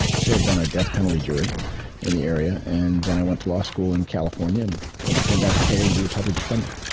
served on a death penalty jury in the area. and then i went to law school in california and came back to philly to be a public defender.